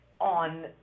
on